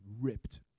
ripped